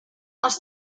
els